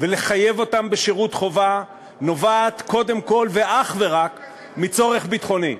ולחייב אותם בשירות חובה נובעת קודם כול ואך ורק מצורך ביטחוני.